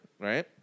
Right